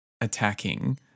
attacking